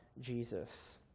Jesus